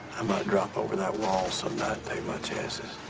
i might drop over that wall some night and take my chances.